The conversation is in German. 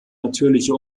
natürliche